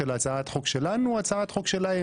של הצעת חוק שלנו או הצעת חוק שלהם,